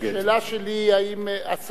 השאלה שלי אם השר מסכים,